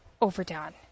overdone